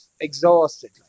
exhausted